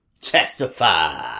testify